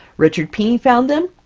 richard pini found them,